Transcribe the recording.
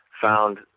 found